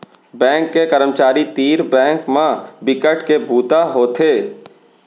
bank के करमचारी तीर बेंक म बिकट के बूता होथे